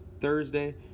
Thursday